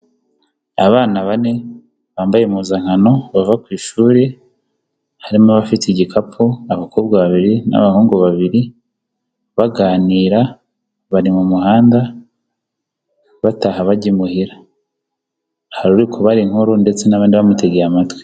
Abana bane, bambaye impuzankano bava ku ishuri, harimo abafite igikapu, abakobwa babiri n'abahungu babiri, baganira bari mu muhanda, bataha bajya imuhira, hari uri kubara inkuru ndetse n'abandi bamutegeye amatwi.